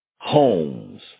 homes